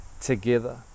together